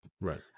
Right